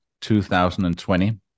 2020